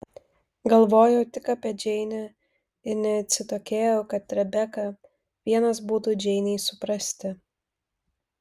galvojau tik apie džeinę ir neatsitokėjau kad rebeka vienas būdų džeinei suprasti